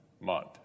month